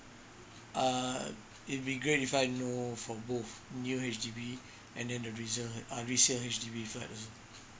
err it'd be great if I know for both new H_D_B and then the resale uh resale H_D_B flat also